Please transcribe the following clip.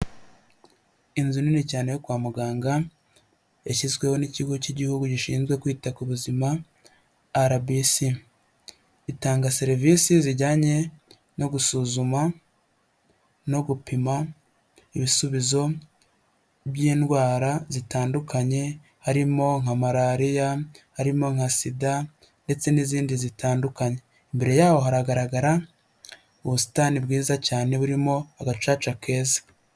Inzu nini cyane yo kwa muganga yashyizweho n'ikigo cy'igihugu gishinzwe kwita ku buzima Arabisi itanga serivisi zijyanye no gusuzuma no gupima ibisubizo by'indwara zitandukanye, harimo nka malariya, harimo nka sida ndetse n'izindi zitandukanye, mbere yaho haragaragara ubusitani bwiza cyane burimo agacaca keza.